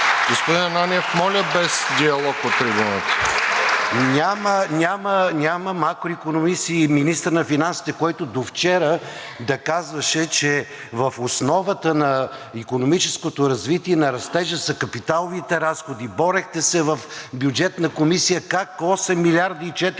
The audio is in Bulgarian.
Господин Ананиев, моля, без диалог от трибуната. КИРИЛ АНАНИЕВ: Няма макроикономист и министър на финансите, който довчера да казваше, че в основата на икономическото развитие и на растежа са капиталовите разходи. Борехте се в Бюджетната комисия как 8 млрд.